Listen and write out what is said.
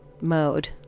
mode